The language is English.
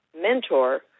mentor